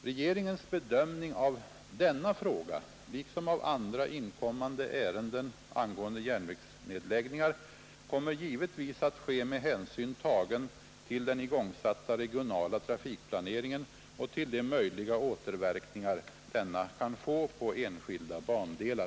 Regeringens bedömning av denna fråga liksom av andra inkommande ärenden angående järnvägsnedläggningar kommer givetvis att ske med hänsyn tagen till den igångsatta regionala trafikplaneringen och till de möjliga återverkningar denna kan få på enskilda bandelar.